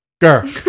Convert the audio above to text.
Girl